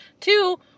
Two